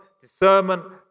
discernment